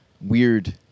weird